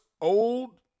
old